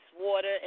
water